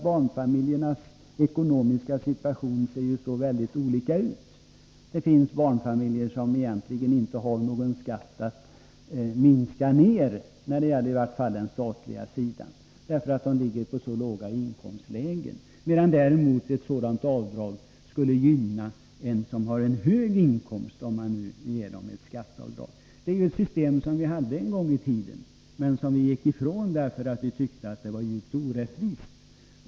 Barnfamiljernas ekonomiska situation varierar ju så kraftigt. Det finns barnfamiljer som egentligen inte har någon skatt där man kan göra en minskning — i varje fall när det gäller den statliga skatten — eftersom de ligger på så låga inkomstnivåer, medan ett skatteavdrag däremot skulle gynna en familj som har en hög inkomst. Vi hade ju ett sådant system en gång i tiden, men vi gick ifrån det därför att vi tyckte att det var djupt orättvist.